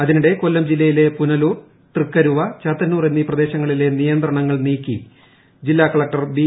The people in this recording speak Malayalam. അതിനിടെ കൊല്ലം ജില്ലയിലെ പുനലൂർ തൃക്കരുവ ചാത്തന്നൂർ എന്നീ പ്രദേശങ്ങളിലെ നിയന്ത്രണങ്ങൾ നീക്കി ജില്ലാ കളക്ടർ ബി